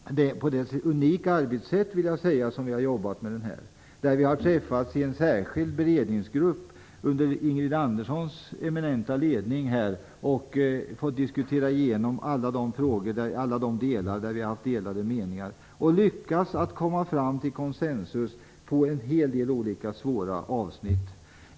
Vi har jobbat med den på ett unikt sätt: Vi har träffats i en särskild beredningsgrupp under Ingrid Anderssons eminenta ledning och fått diskutera igenom alla de avsnitt där vi har haft delade meningar. På det viset har vi lyckats uppnå konsensus på en hel del olika, svåra avsnitt.